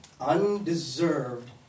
undeserved